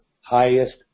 highest